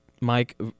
Mike